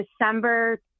December